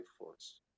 force